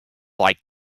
like